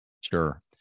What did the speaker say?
Sure